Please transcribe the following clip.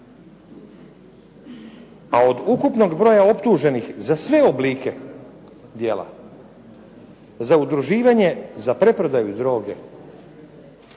a od ukupnog broja optuženih za sve oblike djela, za udruživanje za preprodaju droge,